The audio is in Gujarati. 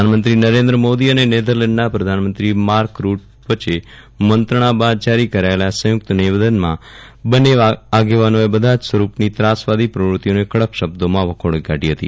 પ્રધાનમંત્રી નરેન્દ્ર મોદી અને નેધરલેન્ડના પ્રધાનમંત્રી માર્ક રૂટ વચ્ચે મંત્રણા બાદ જારી કરાયેલા સંયુક્ત નિવેદનમાં બંને આગેવાનોએ બધા જ સ્વરૂપની ત્રાસવાદી પ્રવૃત્તિઓને કડક શબ્દોમાં વખોડી કાઢી હતી